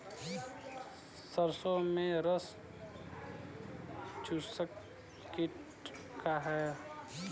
सरसो में रस चुसक किट का ह?